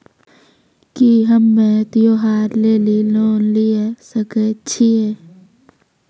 की हम्मय त्योहार लेली लोन लिये सकय छियै?